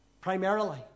primarily